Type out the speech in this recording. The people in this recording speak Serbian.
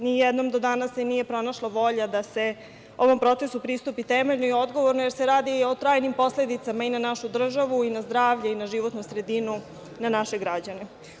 Nijednom do danas se nije pronašla volja da se ovom procesu pristupi temeljno i odgovorno, jer se radi o trajnim posledicama i na našu državu i na zdravlje i na životnu sredinu i na naše građane.